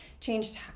changed